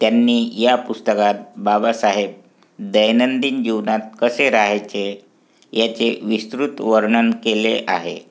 त्यांनी या पुस्तकात बाबासाहेब दैनंदिन जीवनात कसेे राहायचे याचे विस्तृत वर्णन केले आहे